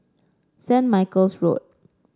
Saint Michael's Road